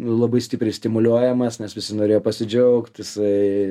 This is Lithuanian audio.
labai stipriai stimuliuojamas nes visi norėjo pasidžiaugt jisai